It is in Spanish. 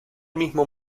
mismo